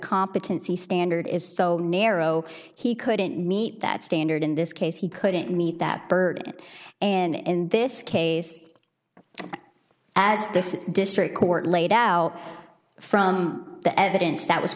competency standard is so narrow he couldn't meet that standard in this case he couldn't meet that burden and in this case as this district court laid out from the evidence that was